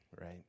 right